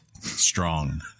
strong